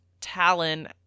Talon